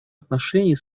отношений